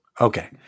Okay